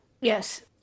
Yes